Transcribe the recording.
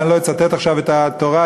ואני לא אצטט עכשיו את התורה,